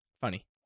funny